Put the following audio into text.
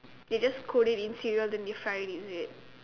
they just coat it in cereal then they fry it is it